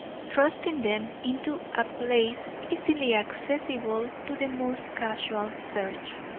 thrusting them into a place easily accessible to the most casual search.